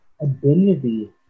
ability